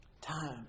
Time